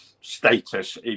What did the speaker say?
status